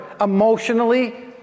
emotionally